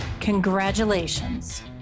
Congratulations